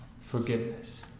forgiveness